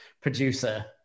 producer